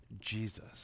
Jesus